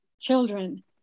children